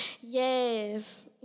Yes